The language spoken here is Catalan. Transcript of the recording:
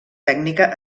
tècnica